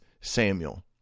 Samuel